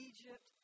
Egypt